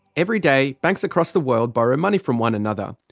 every day banks across the world borrow money from one another.